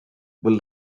were